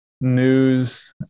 news